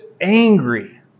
angry